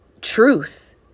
truth